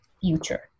future